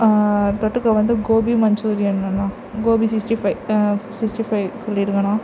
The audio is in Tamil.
தொட்டுக்க வந்து gobi Manchurian Gopi sixty five sixty five சொல்லிடுங்கண்ணா